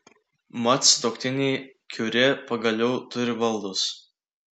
mat sutuoktiniai kiuri pagaliau turi baldus